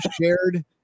shared